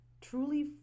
truly